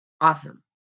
awesome